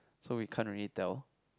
so we can't only tell